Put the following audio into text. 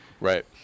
right